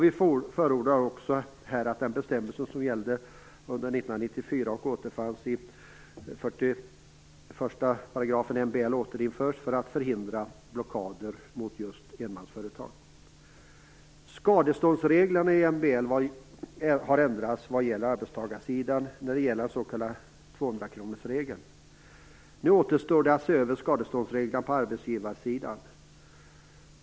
Vi förordar också på denna punkt att den bestämmelse som gällde 1994, och som återfanns i 41 § MBL, återinförs för att förhindra blockader mot enmansföretag. Skadeståndsreglerna i MBL har ändrats på arbetstagarsidan när det gäller den s.k. 200-kronorsregeln. Nu återstår det att se över skadeståndsreglerna på arbetsgivarsidan.